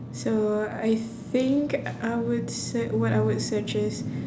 so I think I would se~ what I would search is